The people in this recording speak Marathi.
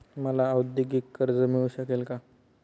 मला औद्योगिक कर्ज मिळू शकेल का?